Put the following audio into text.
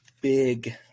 big